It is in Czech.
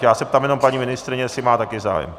Já se ptám jenom paní ministryně, jestli má také zájem.